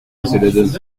trois